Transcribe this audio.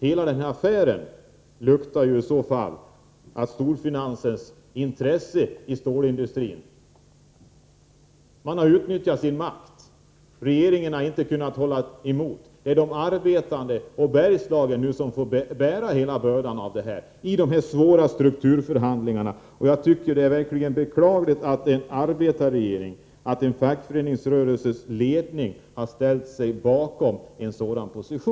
Hela den här affären luktar ju av att storfinansen inom stålindustrin har utnyttjat sin makt. Regeringen har inte kunnat hålla emot. Det är de arbetande och Bergslagen som nu får bära hela bördan av dessa svåra strukturförhandlingar. Jag tycker att det är verkligt beklagligt att en arbetarregering och en fackföreningsrörelses ledning ställer sig bakom detta.